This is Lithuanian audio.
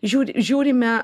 žiūr žiūrime